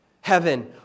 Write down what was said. heaven